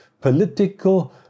political